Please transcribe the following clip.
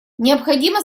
необходимо